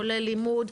כולל לימוד,